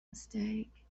mistake